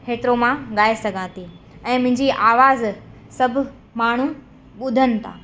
हेतिरो मां ॻाए सघां थी ऐं मुंहिंजी आवाज़ु सभु माण्हू ॿुधनि था